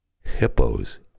hippos